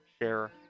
share